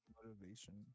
motivation